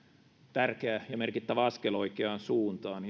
tärkeä ja merkittävä askel oikeaan suuntaan